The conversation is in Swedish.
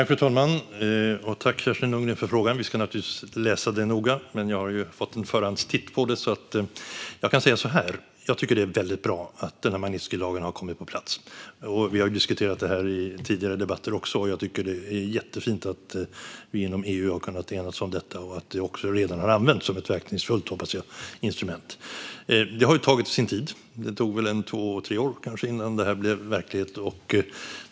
Fru talman! Tack, Kerstin Lundgren, för frågan! Vi ska naturligtvis läsa det noga, men jag har ju fått en förhandstitt på det. Jag kan säga så här: Jag tycker att det är väldigt bra att Magnitskijlagen har kommit på plats. Vi har ju diskuterat detta också i tidigare debatter. Jag tycker att det är jättefint att vi inom EU har kunnat enas om detta och att lagen också redan har använts som ett verkningsfullt, hoppas jag, instrument. Det har tagit sin tid. Det tog kanske två tre år innan det blev verklighet.